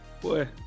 Boy